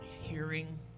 hearing